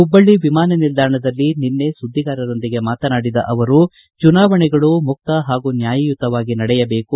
ಹುಬ್ಬಳ್ಳ ವಿಮಾನ ನಿಲ್ದಾಣದಲ್ಲಿ ನಿನ್ನೆ ಸುದ್ದಿಗಾರರೊಂದಿಗೆ ಮಾತನಾಡಿದ ಅವರು ಚುನಾವಣೆಗಳು ಮುಕ್ತ ಹಾಗೂ ನ್ಯಾಯಯುತವಾಗಿ ನಡೆಯಬೇಕು